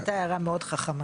זו הייתה הערה מאוד חכמה.